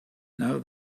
know